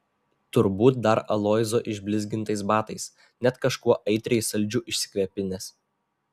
turbūt dar aloyzo išblizgintais batais net kažkuo aitriai saldžiu išsikvepinęs